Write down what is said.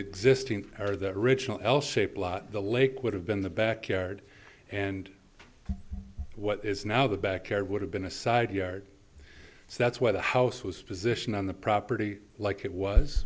existing or that original l shaped lot the lake would have been the backyard and what is now the back yard would have been a side yard so that's where the house was position on the property like it was